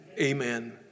Amen